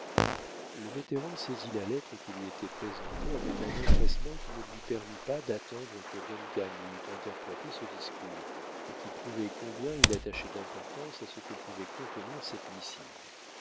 le vétéran saisit la lettre qui lui était présentée avec un empressement qui ne lui permit pas d'attendre que duncan lui eût interprété ce discours et qui prouvait combien il attachait d'importance à ce que pouvait contenir cette missive